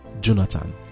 jonathan